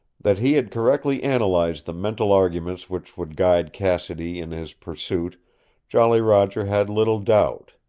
that he had correctly analyzed the mental arguments which would guide cassidy in his pursuit jolly roger had little doubt.